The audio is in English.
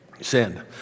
Sin